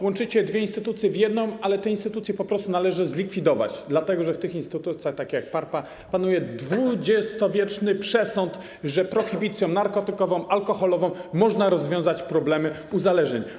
Łączycie dwie instytucje w jedną, ale te instytucje po prostu należy zlikwidować, dlatego że w tych instytucjach, tak jak PARPA, panuje XX-wieczny przesąd, że prohibicją narkotykową, alkoholową można rozwiązać problemy uzależnień.